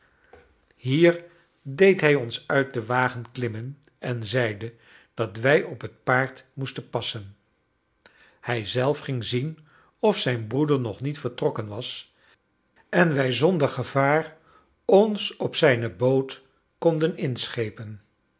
hier deed hij ons uit den wagen klimmen en zeide dat wij op het paard moesten passen hij zelf ging zien of zijn broeder nog niet vertrokken was en wij zonder gevaar ons op zijne boot konden inschepen